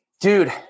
Dude